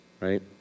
right